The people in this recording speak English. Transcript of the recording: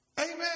Amen